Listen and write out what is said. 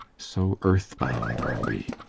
so earthbound are we,